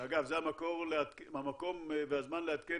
ואגב זה המקום והזמן לעדכן,